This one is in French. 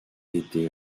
été